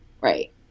Right